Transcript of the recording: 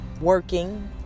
Working